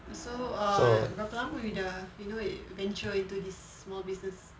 so err berapa lama you dah you know venture into this small business